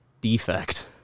Defect